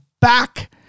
back